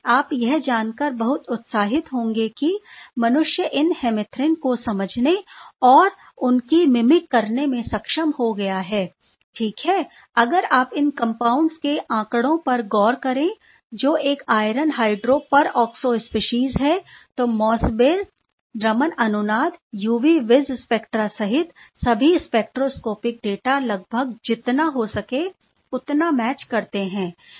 आप यह जानकर बहुत उत्साहित होंगे कि मनुष्य इन हेमिथ्रिन को समझने और उसकी मिमिक करने में सक्षम हो गया है ठीक है अगर आप इन कंपाउंड्स के आंकड़ों पर गौर करें जो एक iron hydroperoxo species है तो मॉसबीर रमन अनुनादयूवी विज़ स्पेक्ट्रा सहित सभी स्पेक्ट्रोस्कोपिक डेटा लगभग जितना हो सकता है उतना मैच करते हैं